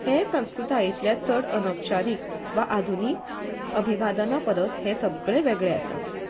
हे संस्कृतायेंतले चड अनुपचारीक वा आधुनीक अभिवादना परस हें सगळें वेगळें आसा